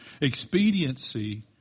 Expediency